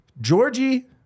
Georgie